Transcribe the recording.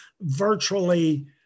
virtually